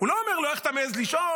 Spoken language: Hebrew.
אתה מעז לשאול?